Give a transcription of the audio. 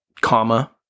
comma